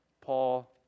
Paul